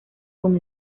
con